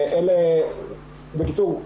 בקיצור,